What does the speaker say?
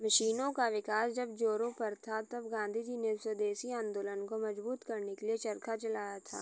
मशीनों का विकास जब जोरों पर था तब गाँधीजी ने स्वदेशी आंदोलन को मजबूत करने के लिए चरखा चलाया था